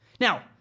Now